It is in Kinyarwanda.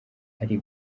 ari